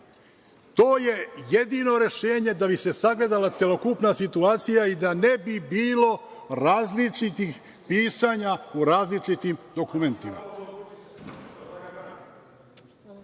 To je jedino rešenje da bi se sagledala celokupna situacija i da ne bi bilo različitih pisanja u različitim dokumentima. To